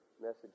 message